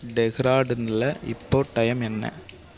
டெஹ்ராடூனில் இப்போ டைம் என்ன